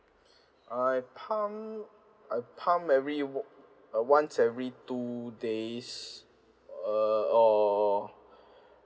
I pump I pump every once uh once every two days uh or